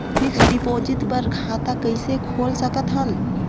Fixed deposit बर खाता कइसे खोल सकत हन?